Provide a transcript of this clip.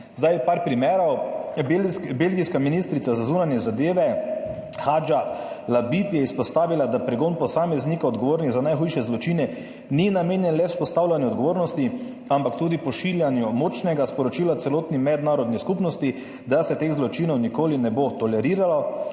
Par primerov. Belgijska ministrica za zunanje zadeve Hadja Lahbib je izpostavila, da pregon posameznikov, odgovornih za najhujše zločine, ni namenjen le vzpostavljanju odgovornosti, ampak tudi pošiljanju močnega sporočila celotni mednarodni skupnosti, da se teh zločinov nikoli ne bo toleriralo.